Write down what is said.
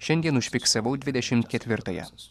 šiandien užfiksavau dvidešimt ketvirtąją